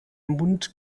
mund